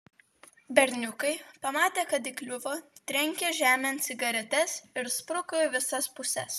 berniukai pamatę kad įkliuvo trenkė žemėn cigaretes ir spruko į visas puses